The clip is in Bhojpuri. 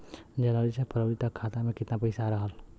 जनवरी से फरवरी तक खाता में कितना पईसा रहल?